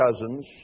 cousins